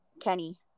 Kenny